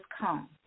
come